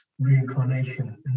reincarnation